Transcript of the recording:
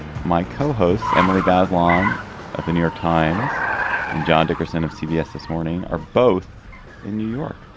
my co-host emily bazelon of the new york times and john dickerson of cbs this morning are both in new york.